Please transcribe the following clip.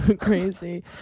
crazy